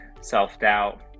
self-doubt